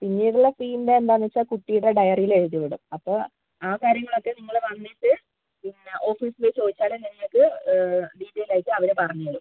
പിന്നീട് ഉള്ള ഫീൻ്റെ എന്താണെന്ന് വെച്ചാൽ കുട്ടീന്റെ ഡയറിയിൽ എഴുതി വിടും അപ്പോൾ ആ കാര്യങ്ങൾ ഒക്കെ നിങ്ങൾ വന്നിട്ട് പിന്നെ ഓഫീസിൽ ചോദിച്ചാൽ നിങ്ങൾക്ക് ഡീറ്റെയിൽ ആയിട്ട് അവർ പറഞ്ഞ് തരും